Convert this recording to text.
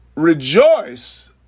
Rejoice